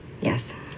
Yes